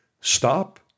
Stop